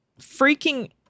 freaking